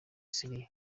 siriya